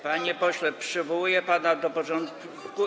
Panie pośle, przywołuję pana do porządku.